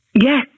Yes